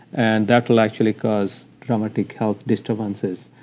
and that will actually cause dramatic health disturbances.